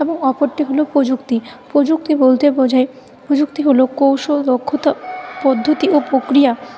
এবং অপরটি হলো প্রযুক্তি প্রযুক্তি বলতে বোঝায় প্রযুক্তি হলো কৌশল দক্ষতা পদ্ধতি ও প্রক্রিয়া